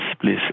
please